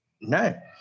No